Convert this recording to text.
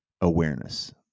awareness